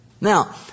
Now